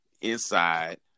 inside